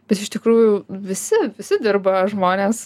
bet iš tikrųjų visi visi dirba žmonės